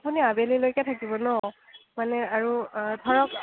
আপুনি আবেলিলৈকে থাকিব ন মানে আৰু ধৰক